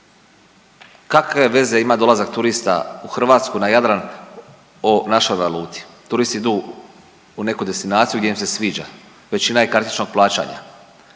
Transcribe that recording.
Kakve veze ima dolazak turista u Hrvatsku na Jadran o našoj valuti? Turisti idu u neku destinaciju gdje im se sviđa, većina je kartičnog plaćanja.